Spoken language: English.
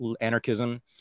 anarchism